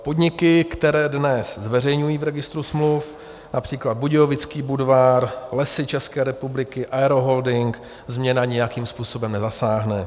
Podniky, které dnes zveřejňují v registru smluv, například Budějovický Budvar, Lesy České republiky, Aeroholding, změna nijakým způsobem nezasáhne.